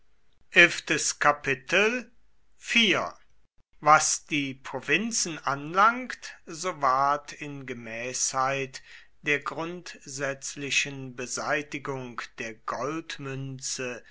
was die provinzen anlangt so ward in gemäßheit der grundsätzlichen beseitigung der goldmünze